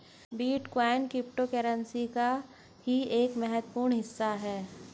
bitcoin cryptocurrency का ही एक महत्वपूर्ण हिस्सा है